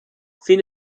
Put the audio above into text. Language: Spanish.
sin